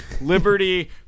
liberty